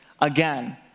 again